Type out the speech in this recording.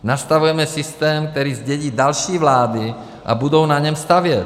Nastavujeme systém, který zdědí další vlády, a budou na něm stavět.